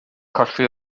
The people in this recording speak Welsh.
colli